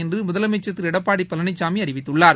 என்று முதலமைச்சர் திரு எடப்பாடி பழனிசாமி அறிவித்துள்ளார்